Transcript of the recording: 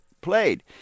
played